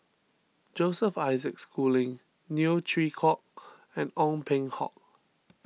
Joseph Isaac Schooling Neo Chwee Kok and Ong Peng Hock